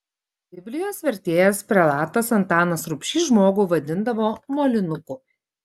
biblijos vertėjas prelatas antanas rubšys žmogų vadindavo molinuku